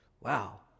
Wow